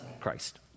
christ